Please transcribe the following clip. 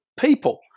people